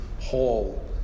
hall